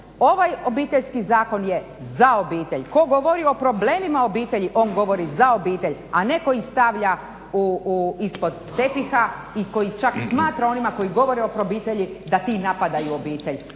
ovaj Obiteljski zakon je za obitelj, tko govori o problemima obitelji, on govori za obitelj, a ne koji ih stavlja ispod tepiha i koji čak smatra one koji govore o …/Govornik se ne razumije./… obitelji